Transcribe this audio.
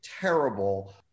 terrible